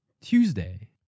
Tuesday